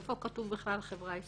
איפה כתוב בכלל חברה ישראלית?